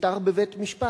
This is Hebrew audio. נפתר בבית-משפט.